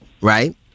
Right